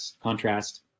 contrast